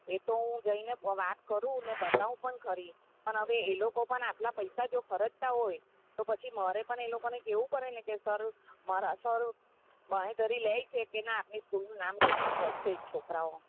એ તો હું જઈને વાત કરુંને બતાઉં પણ ખરી પણ હવે એ લોકો પણ જો આટલા પૈસા જો ખરચતા હોય તો પછી મારે પણ એ લોકોને કહેવું પડેને કે સર સર બાંહેધરી લે છે કે ના આપણી સ્કૂલનું નામ રોશન કરશે જ છોકરાઓ